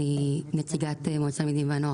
אני נציגת מועצת התלמידים והנוער